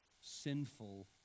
sinful